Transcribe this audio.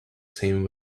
same